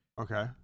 Okay